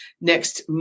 Next